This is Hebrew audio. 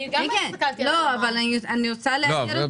בסדר, שימשיך.